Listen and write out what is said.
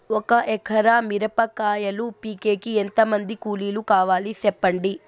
ఒక ఎకరా మిరప కాయలు పీకేకి ఎంత మంది కూలీలు కావాలి? సెప్పండి?